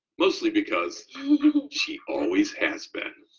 mostly because she always has been.